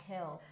Hill